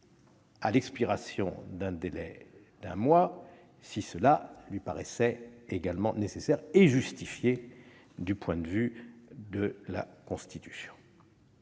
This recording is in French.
à l'expiration d'un délai d'un mois, si cela lui paraissait nécessaire et justifié du point de vue de la Constitution.